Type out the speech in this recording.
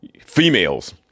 females